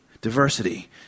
diversity